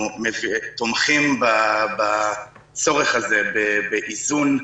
אנחנו תומכים בצורך הזה באיזון.